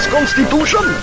Constitution